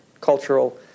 cultural